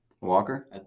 Walker